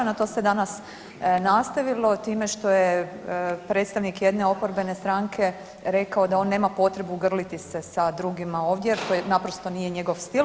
No to se danas nastavilo time što je predstavnik jedne oporbene stranke rekao da on nema potrebu grliti se sa drugima ovdje jer to naprosto nije njegov stil.